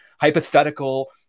hypothetical